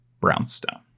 brownstone